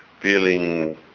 feeling